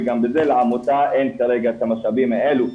לעמותה אין כרגע את המשאבים האלו.